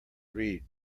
read